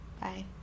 Bye